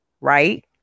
Right